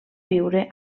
viure